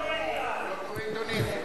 אתה לא קורא עיתונים.